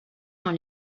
dans